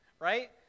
right